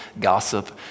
gossip